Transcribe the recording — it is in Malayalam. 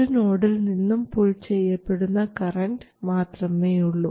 ഒരു നോഡിൽ നിന്നും പുൾ ചെയ്യപ്പെടുന്ന കറൻറ് മാത്രമേയുള്ളൂ